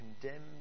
condemned